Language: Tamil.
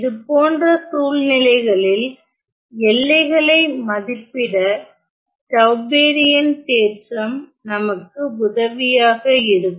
இதுபோன்ற சூழ்நிலைகளில் எல்லைகளை மதிப்பிட டவ்பெரியன் தேற்றம் நமக்கு உதவியாக இருக்கும்